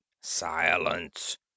silence